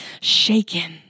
shaken